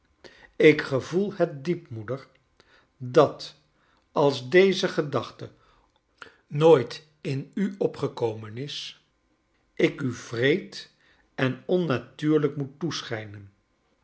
ik gevoel het diep moeder dat als deze gedachte nooit in u opgekomen is ik u wreed en onnataurlijk moet